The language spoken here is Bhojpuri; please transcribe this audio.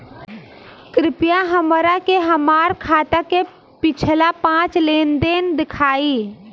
कृपया हमरा के हमार खाता के पिछला पांच लेनदेन देखाईं